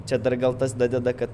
čia dar gal tas dadeda kad